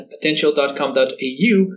potential.com.au